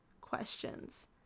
questions